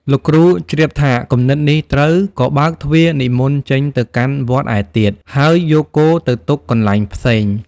លោកគ្រូជ្រាបថា "គំនិតនេះត្រូវ" ក៏បើកទ្វារនិមន្តចេញទៅកាន់វត្តឯទៀត ហើយយកគោទៅទុកកន្លែងផ្សេង។